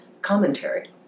commentary